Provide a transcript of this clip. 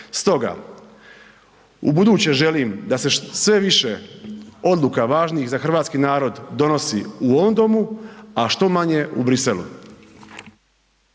Stoga, ubuduće želim da se sve više odluka važnih za hrvatski narod donosi u ovom domu, a što manje u Bruxellesu.